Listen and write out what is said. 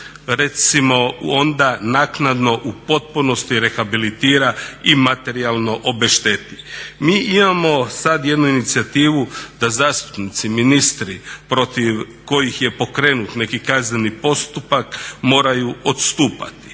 recimo onda naknadno u potpunosti rehabilitira i materijalno obešteti. Mi imamo sad jednu inicijativu da zastupnici, ministri protiv kojih je pokrenut neki kazneni postupak moraju odstupiti.